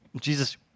Jesus